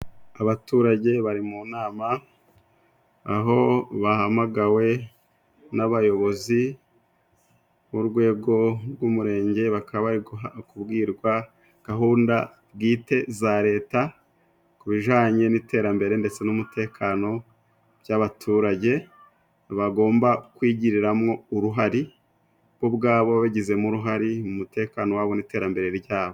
Abaturage bari mu nama, aho bahamagawe n'abayobozi b'urwego rw'umurenge. Bakaba bari kubwirwa gahunda bwite za Leta ku bijanye n'iterambere ndetse n'umutekano by'abaturage bagomba kwigiriramwo uruhare, bo ubwabo bagizemo uruhare mu mutekano wabo n'iterambere ryabo.